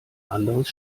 anderes